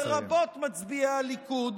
לרבות מצביעי הליכוד,